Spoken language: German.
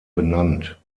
benannt